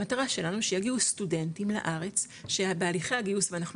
המטרה שלנו שיגיעו סטודנטים לארץ שבהליכי הגיוס ואנחנו